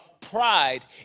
pride